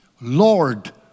Lord